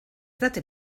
date